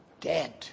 dead